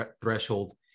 threshold